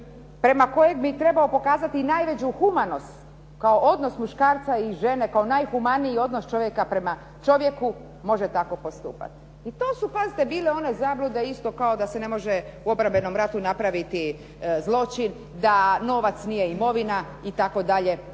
prema kojem bi trebao pokazati i najveću humanost kao odnos muškarca i žene, kao najhumaniji odnos čovjeka prema čovjeku može tako postupati. I to su pazite bile one zablude isto kao da se ne može u obrambenom ratu napraviti zločin, da novac nije imovina itd.,